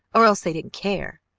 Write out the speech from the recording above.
or else they didn't care.